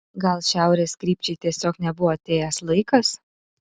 gal šiaurės krypčiai tiesiog nebuvo atėjęs laikas